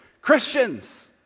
Christians